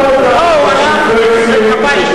הוא לא אמר שום דבר לא פרלמנטרי.